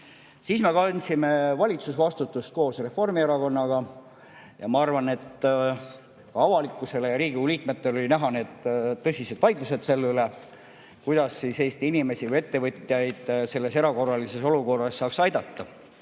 Siis me kandsime valitsusvastutust koos Reformierakonnaga. Ma arvan, et avalikkusele ja Riigikogu liikmetele olid näha need tõsised vaidlused selle üle, kuidas Eesti inimesi või ettevõtjaid selles erakorralises olukorras saaks aidata,